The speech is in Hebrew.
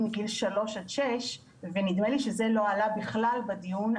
בגילאי 3-6 ונדמה לי שזה לא עלה בכלל בדיון,